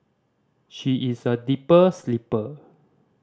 she is a deeper sleeper